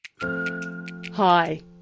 Hi